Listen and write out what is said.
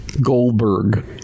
Goldberg